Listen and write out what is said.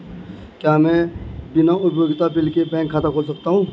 क्या मैं बिना उपयोगिता बिल के बैंक खाता खोल सकता हूँ?